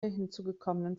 hinzugekommenen